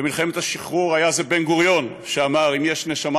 במלחמת השחרור בן-גוריון הוא שאמר: "אם יש לארץ נשמה,